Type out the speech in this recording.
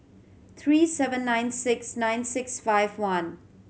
three seven nine six nine six five one